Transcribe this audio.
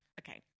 okay